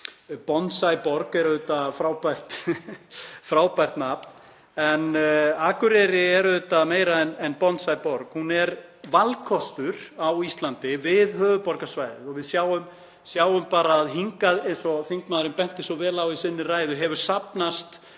Bonsai-borg er auðvitað frábært nafn en Akureyri er auðvitað meira en Bonsai-borg, hún er valkostur á Íslandi við höfuðborgarsvæðið en hingað, eins og þingmaðurinn benti svo vel á í sinni ræðu, hefur safnast meira